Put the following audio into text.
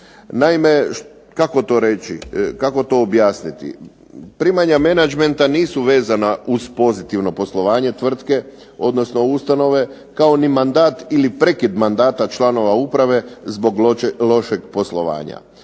reći, kako to objasniti? Primanja menadžmenta nisu vezana uz pozitivno poslovanje tvrtke, odnosno ustanove kao ni mandat ili prekid mandata članova uprave zbog lošeg poslovanja.